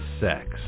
Sex